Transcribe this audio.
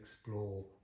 explore